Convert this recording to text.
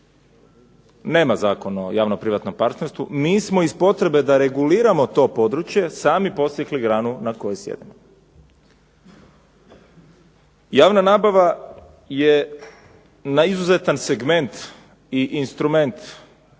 nema Zakon o javno-privatnom partnerstvu. Mi smo iz potrebe da reguliramo to područje sami posjekli granu na kojoj sjedimo. Javna nabava je na izuzetan segment i instrument